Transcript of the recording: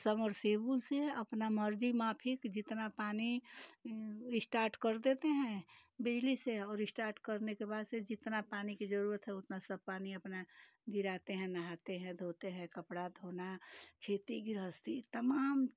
summer सेबुल से अपना मर्ज़ी माफ़ीक जितना पानी स्टार्ट कर देते हैहैं बिजली से और स्टार्ट करने के बाद से जितना पानी की ज़रूरत है उतना सब पानी अपना गिराते हैं नहाते हैं धोते हैं कपड़ा धोना खेती गृहस्थी तमाम